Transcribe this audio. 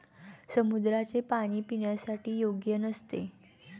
समुद्राचे पाणी पिण्यासाठी योग्य नसते